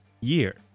year